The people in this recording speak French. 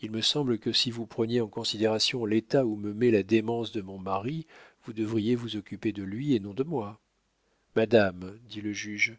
il me semble que si vous preniez en considération l'état où me met la démence de mon mari vous devriez vous occuper de lui et non de moi madame dit le juge